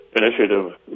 initiative